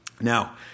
Now